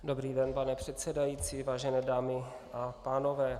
Dobrý den, pane předsedající, vážené dámy a pánové.